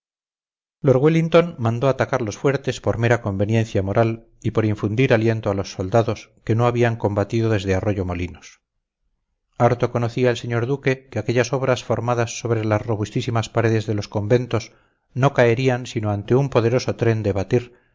wellington mandó atacar los fuertes por mera conveniencia moral y por infundir aliento a los soldados que no habían combatido desde arroyo molinos harto conocía el señor duque que aquellas obras formadas sobre las robustísimas paredes de los conventos no caerían sino ante un poderoso tren